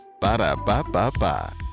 Ba-da-ba-ba-ba